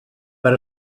per